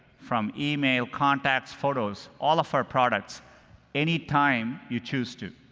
from email, contacts, photos all of our products any time you choose to.